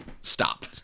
stop